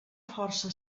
força